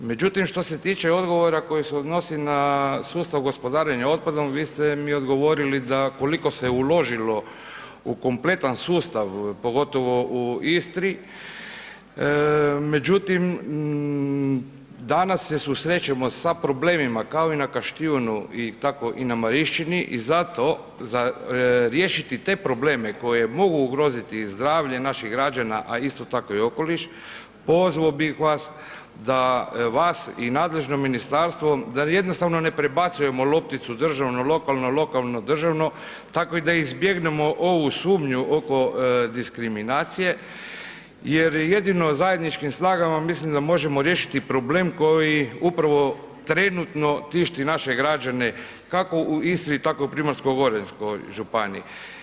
Međutim, što se tiče odgovora koji se odnosi na sustav gospodarenja otpadom, vi ste mi odgovorili da ukoliko se uložilo u kompletan sustav, pogotovo u Istri, međutim danas se susrećemo sa problemima kao i na Kaštjunu i tako i na Marišćini i zato za riješiti te probleme koji mogu ugroziti zdravlje naših građana, a isto tako i okoliš, pozvao bih vas da vas i nadležno ministarstvo, da jednostavno ne prebacujemo lopticu državno-lokalno, lokalno-državno, tako da i izbjegnemo ovu sumnju oko diskriminacije jer jedino zajedničkim snagama mislim da možemo riješiti problem koji upravo trenutno tišti naše građane, kako u Istri, tako u Primorsko-goranskoj županiji.